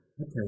okay